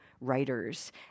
writers